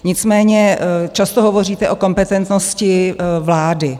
Nicméně často hovoříte o kompetentnosti vlády.